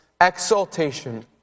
exaltation